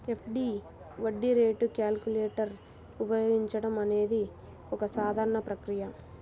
FD వడ్డీ rate calculator ఉపయోగించడం అనేది ఒక సాధారణ ప్రక్రియ